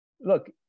Look